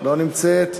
לא נמצאת.